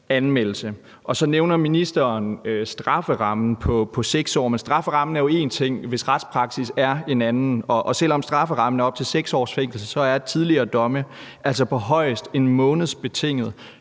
anmeldelse. Så nævner ministeren strafferammen på 6 år, men strafferammen er jo én ting, hvis retspraksis er en anden, og selv om strafferammen er op til 6 års fængsel, er tidligere domme altså på højst 1 måneds betinget